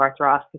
arthroscopy